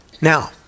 Now